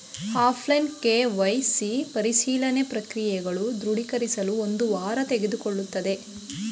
offline KYC ಪರಿಶೀಲನೆ ಪ್ರಕ್ರಿಯೆಗಳು ದೃಢೀಕರಿಸಲು ಒಂದು ವಾರ ತೆಗೆದುಕೊಳ್ಳುತ್ತದೆ